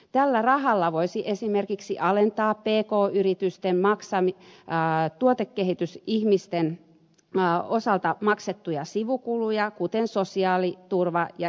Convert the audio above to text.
tällä rahalla voisi esimerkiksi alentaa pk yritysten tuotekehitysihmisten osalta maksamia sivukuluja kuten sosiaaliturva ja eläkemaksuja